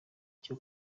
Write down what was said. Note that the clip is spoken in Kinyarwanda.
cyo